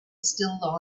still